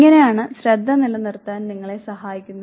ഇങ്ങനെയാണ് ശ്രദ്ധ നിലനിർത്താൻ നിങ്ങളെ സഹായിക്കുന്നത്